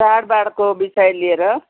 चाँडबाँडको विषय लिएर